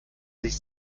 sich